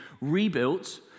rebuilt